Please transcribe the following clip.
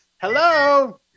Hello